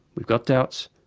we've got doubts.